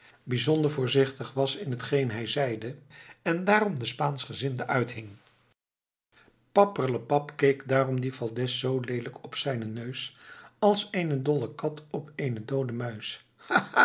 bijzonder voorzichtig was in hetgene hij zeide en daarom den spaanschgezinde uithing papperlepap keek daarom die valdez zoo leelijk op zijnen neus als eene dolle kat op eene doode muis